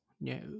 No